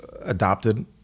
adopted